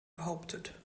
behauptet